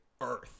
Earth